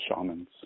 shamans